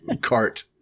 cart